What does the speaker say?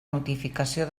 notificació